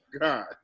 God